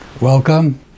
Welcome